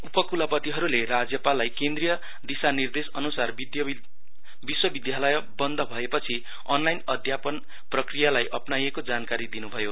उपक्लपतिहरूले राज्यपाललाई केन्द्रिय दिशानिर्देश अनुसार विश्वविद्यालय बन्द भएपछि अनलाइन अध्यापन प्रक्रियालाई अपनाइएको जानकारी दिनुभयो